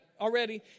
already